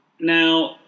Now